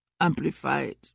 Amplified